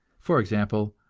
for example,